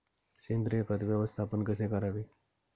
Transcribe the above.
सेंद्रिय खत व्यवस्थापन कसे करावे?